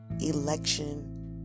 election